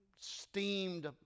steamed